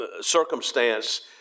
circumstance